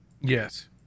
Yes